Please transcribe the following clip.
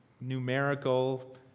Numerical